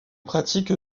pratique